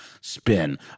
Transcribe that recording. spin